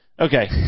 Okay